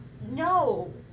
No